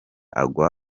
agwa